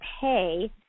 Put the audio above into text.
pay